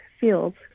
fields